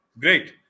Great